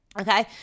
okay